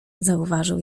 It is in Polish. zauważył